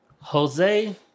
Jose